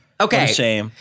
Okay